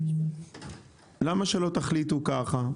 למה שלא תחליטו ככה,